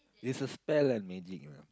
is a spell and magic lah